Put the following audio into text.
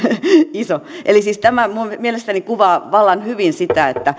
iso siis tämä mielestäni kuvaa vallan hyvin sitä